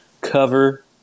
cover